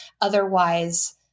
Otherwise